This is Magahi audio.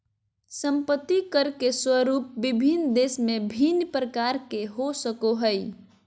संपत्ति कर के स्वरूप विभिन्न देश में भिन्न प्रकार के हो सको हइ